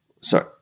sorry